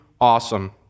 awesome